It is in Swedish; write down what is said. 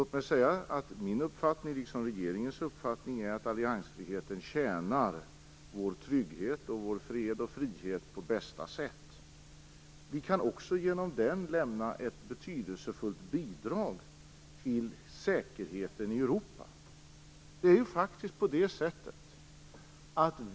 Min uppfattning liksom regeringens uppfattning är att alliansfriheten tjänar vår trygghet och vår fred och frihet på bästa sätt. Vi kan också genom den lämna ett betydelsefullt bidrag till säkerheten i Europa.